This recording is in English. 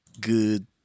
good